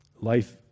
life